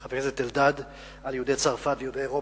חבר הכנסת אלדד על יהודי צרפת ויהודי אירופה,